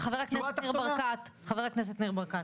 בבקשה, חבר הכנסת ניר ברקת.